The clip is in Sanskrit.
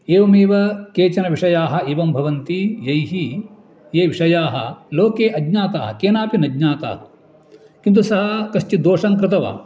एवमेव केचन विषयाः एवं भवन्ति यैः ये विषयाः लोके अज्ञाताः केनापि न ज्ञाताः किन्तु सः कश्चिद् दोषं कृतवान्